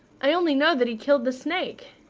i only know that he killed the snake.